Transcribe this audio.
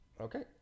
Okay